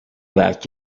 back